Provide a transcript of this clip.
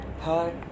Hi